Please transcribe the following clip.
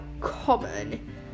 common